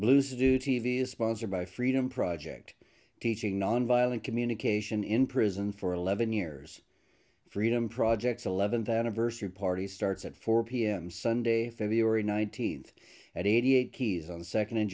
to do t v sponsored by freedom project teaching nonviolent communication in prison for eleven years freedom projects eleventh anniversary party starts at four pm sunday february nineteenth at eighty eight keys on the second in